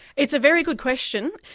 it's a very good question.